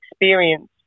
experience